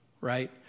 Right